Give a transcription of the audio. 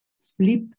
flip